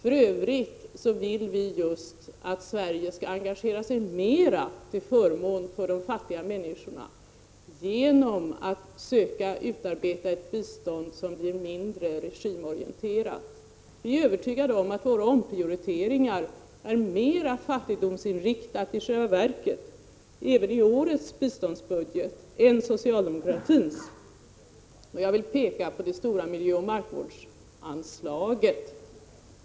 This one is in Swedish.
I övrigt vill vi just att Sverige skall engagera sig mera till förmån för de fattiga människorna genom att söka utarbeta ett bistånd som är mindre regimorienterat. Vi är övertygade om att våra omprioriteringar i själva verket är mera fattigdomsin riktade även i årets biståndsbudget än socialdemokratins; jag vill peka på det stora miljöoch markvårdsanslaget.